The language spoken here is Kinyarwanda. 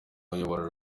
uyobora